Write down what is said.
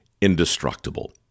indestructible